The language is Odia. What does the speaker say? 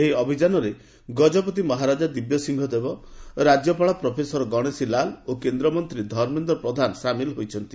ଏହି ଅଭିଯାନରେ ଗଜପତି ମହାରାଜା ଦିବ୍ୟସିଂହ ଦେବ ରାଜ୍ୟପାଳ ପ୍ରଫେସର ଗଣେଶୀ ଲାଲ ଓ କେନ୍ଦ୍ରମନ୍ତୀ ଧର୍ମେନ୍ଦ୍ର ପ୍ରଧାନ ସାମିଲ୍ ହୋଇଛନ୍ତି